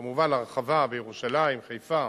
כמובן, הרחבה בירושלים, חיפה,